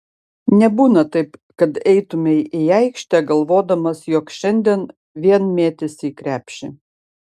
nebūna taip kad eitumei į aikštę galvodamas jog šiandien vien mėtysi į krepšį